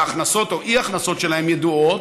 ההכנסות או האי-הכנסות שלהם ידועות?